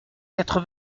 quatre